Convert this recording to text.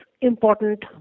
important